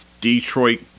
Detroit